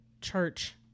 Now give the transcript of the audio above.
church